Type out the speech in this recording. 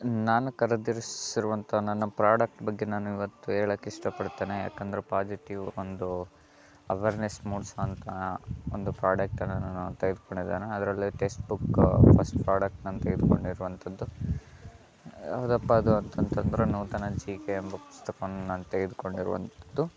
ನಾನು ಖರೀದಿರಿಸಿರುವಂಥಾ ನನ್ನ ಪ್ರಾಡಕ್ಟ್ ಬಗ್ಗೆ ನಾನು ಇವತ್ತು ಹೇಳಕ್ ಇಷ್ಟಪಡ್ತೇನೆ ಯಾಕಂದರೆ ಪಾಸಿಟಿವ್ ಒಂದು ಅವೇರ್ನೆಸ್ ಮೂಡ್ಸೋವಂತಹ ಒಂದು ಪ್ರಾಡಕ್ಟನ್ನು ನಾನು ತೆಗೆದುಕೊಂಡಿದ್ದೇನೆ ಅದರಲ್ಲಿ ಟೆಸ್ಟ್ಬುಕ್ ಫಸ್ಟ್ ಪ್ರಾಡಕ್ಟ್ ನಾನು ತೆಗೆದುಕೊಂಡಿರುವಂಥದ್ದು ಯಾವ್ದಪ್ಪ ಅದು ಅಂತಂತಂದರೆ ನೂತನ ಜಿ ಕೆ ಎಂಬ ಪುಸ್ತಕವನ್ನು ನಾನು ತೆಗೆದುಕೊಂಡಿರುವಂಥದ್ದು